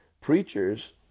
Preachers